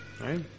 Right